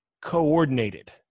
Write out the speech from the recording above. coordinated